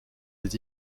les